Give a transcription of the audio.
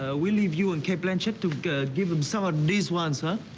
ah we'll, leave you and cate blanchett to give him some ah nice ones, huh?